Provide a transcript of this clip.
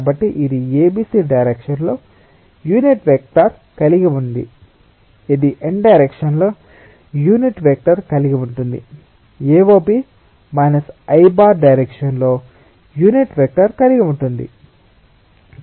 కాబట్టి ఇది ABC direction లో యూనిట్ వెక్టర్ కలిగి ఉంది ఇది n డైరెక్షన్ లో యూనిట్ వెక్టర్ కలిగి ఉంటుంది AOB 𝑖̂ డైరెక్షన్ లో యూనిట్ వెక్టర్ కలిగి ఉంటుంది